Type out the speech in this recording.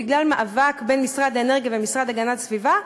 בגלל מאבק בין משרד האנרגיה והמשרד להגנת הסביבה.